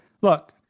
Look